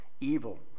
Evil